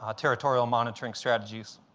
ah territorial monitoring strategies.